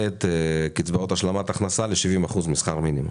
את קצבאות השלמת הכנסה ל-70 אחוזים משכר המינימום.